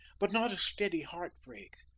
but not a steady heartbreak.